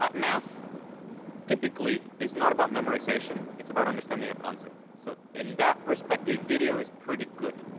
um math typically is not about memorization. it's about understanding a concept. so, in that respect, a video is pretty good.